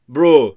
Bro